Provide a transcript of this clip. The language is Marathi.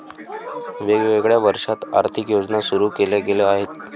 वेगवेगळ्या वर्षांत आर्थिक योजना सुरू केल्या गेल्या आहेत